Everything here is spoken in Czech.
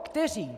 Kteří?